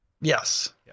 Yes